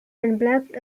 unplugged